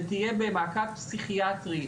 שתהיה במעקב פסיכיאטרי,